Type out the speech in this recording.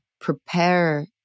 prepare